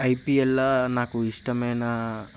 ఐపీఎల్ల నాకు ఇష్టమైన